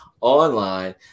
online